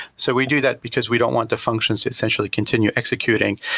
so we do that because we don't want the functions to essentially continue executing,